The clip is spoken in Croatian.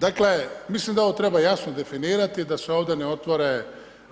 Dakle, mislim da ovo treba jasno definirati da se ovdje ne otvore